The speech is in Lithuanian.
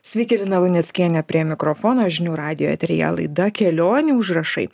sveiki lina luneckienė prie mikrofono žinių radijo eteryje laida kelionių užrašai